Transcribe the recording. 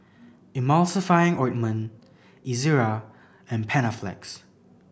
Emulsying Ointment Ezerra and Panaflex